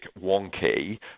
wonky